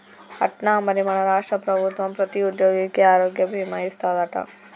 అట్నా మరి మన రాష్ట్ర ప్రభుత్వం ప్రతి ఉద్యోగికి ఆరోగ్య భీమా ఇస్తాదట